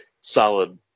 solid